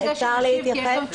אפשר להתייחס?